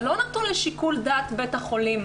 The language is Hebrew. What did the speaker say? זה לא נתון לשיקול דעת בית החולים.